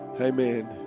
Amen